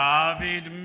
David